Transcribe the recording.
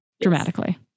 dramatically